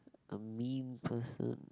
a mean person